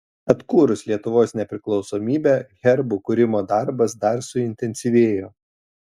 atkūrus lietuvos nepriklausomybę herbų kūrimo darbas dar suintensyvėjo